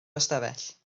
ystafell